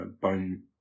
bone